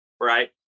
right